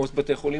עומס בבתי חולים,